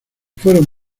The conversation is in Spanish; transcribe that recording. fueron